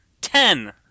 Ten